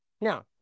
Now